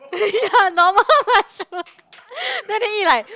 normal mushroom then they